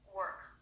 work